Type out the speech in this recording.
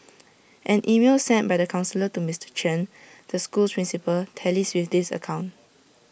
an email sent by the counsellor to Mister Chen the school's principal tallies with this account